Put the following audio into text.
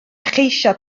cheisio